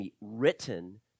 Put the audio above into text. written